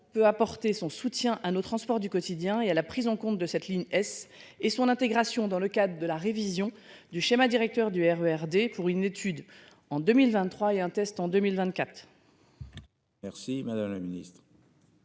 peut apporter son soutien à nos transports du quotidien et à la prise en compte de cette ligne s et son intégration dans le cadre de la révision du schéma directeur du RER D pour une étude en 2023 et un test en 2024.